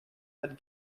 had